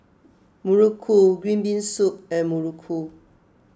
Muruku Green Bean Soup and Muruku